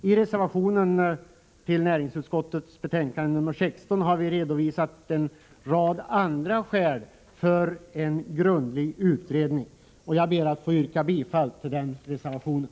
I reservationen till näringsutskottets betänkande 16 har vi redovisat en rad andra skäl för en grundlig utredning, och jag ber att få yrka bifall till den reservationen.